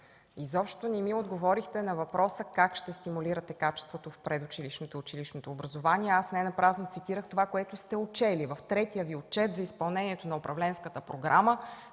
изобщо не ми отговорихте на въпроса: как ще стимулирате качеството в предучилищното и училищното образование? Ненапразно цитирах това, което сте отчели – в третия Ви Отчет за изпълнението на управленската програма